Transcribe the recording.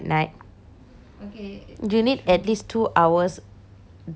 you need at least two hours digestion